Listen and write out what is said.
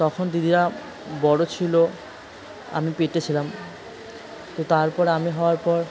তখন দিদিরা বড় ছিল আমি পেটে ছিলাম তো তারপর আমি হওয়ার পর